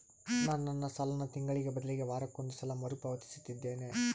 ನಾನು ನನ್ನ ಸಾಲನ ತಿಂಗಳಿಗೆ ಬದಲಿಗೆ ವಾರಕ್ಕೊಂದು ಸಲ ಮರುಪಾವತಿಸುತ್ತಿದ್ದೇನೆ